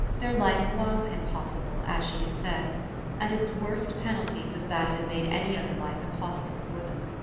their life was impossible, as she had said and its worst penalty was that it had made any other life impossible for them.